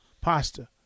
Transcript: pasta